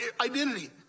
identity